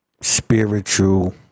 Spiritual